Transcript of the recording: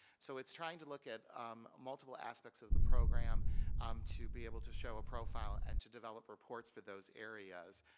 so it's trying to look at um multiple aspects of the program um to be able to show a profile and to develop reports for those areas.